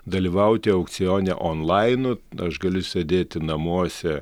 dalyvauti aukcione onlainu aš galiu sėdėti namuose